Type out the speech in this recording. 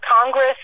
Congress